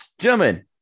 Gentlemen